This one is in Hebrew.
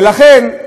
ולכן,